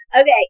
Okay